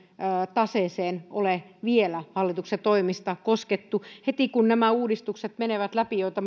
taseeseen ole vielä hallituksen toimesta koskettu heti kun nämä uudistukset menevät läpi joita